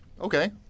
Okay